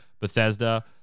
Bethesda